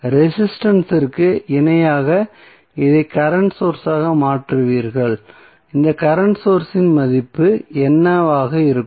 resistance இற்கு இணையாக இதை கரண்ட் சோர்ஸ் ஆக மாற்றுவீர்கள் இந்த கரண்ட் சோர்ஸ் இன் மதிப்பு என்னவாக இருக்கும்